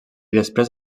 després